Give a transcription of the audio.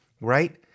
right